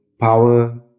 power